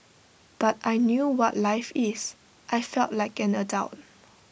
but I knew what life is I felt like an adult